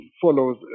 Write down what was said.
follows